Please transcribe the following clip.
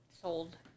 Sold